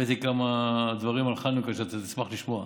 הבאתי כמה דברים על חנוכה שתשמח לשמוע.